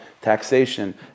taxation